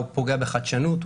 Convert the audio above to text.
הוא פוגע בחדשנות,